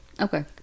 Okay